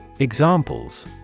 Examples